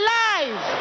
life